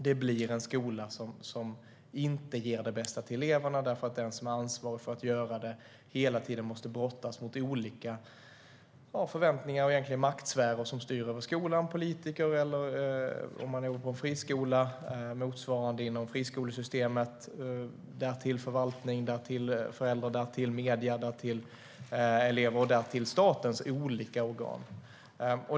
Det blir en skola som inte ger det bästa till eleverna därför att den som har ansvar för att göra det hela tiden måste brottas med olika förväntningar och olika maktsfärer som styr över skolan. Det handlar om politiker, eller motsvarande inom friskolesystemet, och därtill förvaltning, föräldrar, medier, elever och statens olika organ.